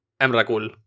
Emrakul